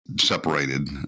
separated